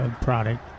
product